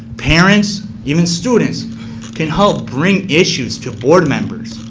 parents, even students can help bring issues to board members,